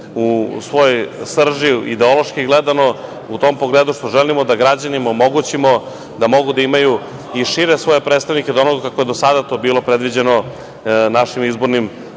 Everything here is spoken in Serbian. u svojoj srži, ideološki gledano, u tom pogledu što želimo da građanima omogućimo da mogu da imaju i šire svoje predstavnike, od onoga kako je do sada to bilo predviđeno našim izbornim